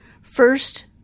First